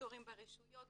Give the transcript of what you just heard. לפרויקטורים ברשויות,